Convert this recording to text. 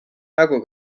nagu